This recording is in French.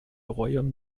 royaume